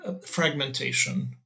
fragmentation